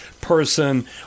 person